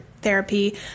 therapy